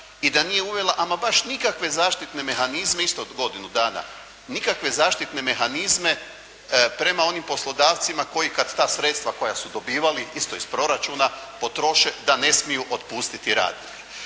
i da nije uvela ama baš nikakve zaštitne mehanizme isto od godinu dana. Nikakve zaštitne mehanizme prema onim poslodavcima koji kad ta sredstva koja su dobivali, isto iz proračuna, potroše i da ne smiju otpustiti radnike.